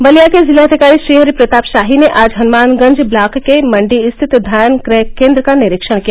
बलिया के जिलाधिकारी श्रीहरि प्रताप शाही ने आज हनुमानगंज ब्लॉक के मंडी स्थित धान क्रय केंद्र का निरीक्षण किया